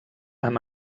amb